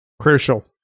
Crucial